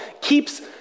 keeps